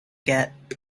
get